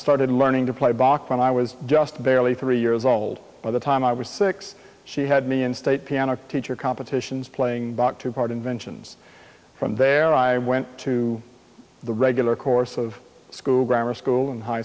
started learning to play bach when i was just barely three years old by the time i was six she had me in state piano teacher competitions playing bach two part inventions from there i went to the regular course of school grammar school in high